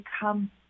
become